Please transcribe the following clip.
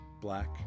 black